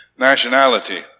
nationality